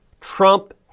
Trump